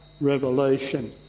Revelation